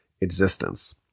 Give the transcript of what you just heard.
existence